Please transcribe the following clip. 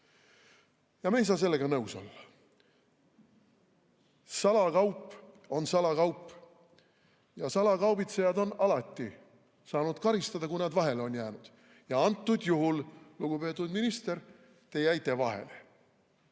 Me ei saa sellega nõus olla. Salakaup on salakaup. Salakaubitsejad on alati saanud karistada, kui nad vahele on jäänud. Antud juhul, lugupeetud minister, te jäite vahele,